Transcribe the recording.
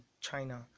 China